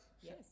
yes